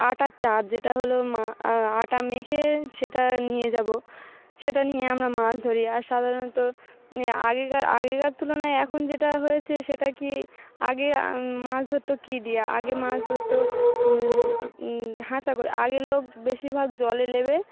আটার চার যেটা হলো মা আটা মেখে সেটা নিয়ে যাবো সেটা নিয়ে আমরা মাছ ধরি আর সাধারণত আগেকার আগেকার তুলনায় এখন যেটা হয়েছে সেটা কি আগে মাছ ধরতো কী দিয়ে আগে মাছ ধরতো হাঁচা করে আগে লোক বেশিরভাগ জলে নেমে